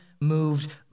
Moved